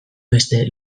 beste